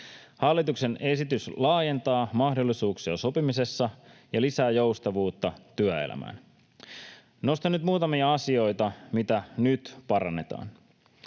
Hallituksen esitys laajentaa mahdollisuuksia sopimisessa ja lisää joustavuutta työelämään. Nostan muutamia asioita, mitä nyt parannetaan: